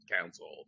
council